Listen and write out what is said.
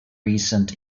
recent